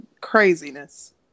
craziness